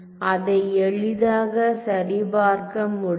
அதை எளிதாக சரிபார்க்க முடியும்